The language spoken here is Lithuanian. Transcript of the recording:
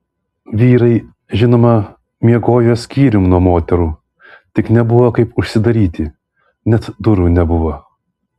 vyrai žinoma miegojo skyrium nuo moterų tik nebuvo kaip užsidaryti net durų nebuvo